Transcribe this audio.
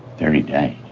thirty days? i'm